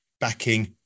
backing